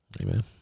Amen